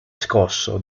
scosso